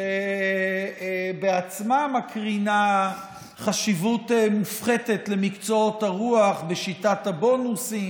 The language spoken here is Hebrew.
שבעצמה מקרינה חשיבות מופחתת למקצועות הרוח בשיטת הבונוסים,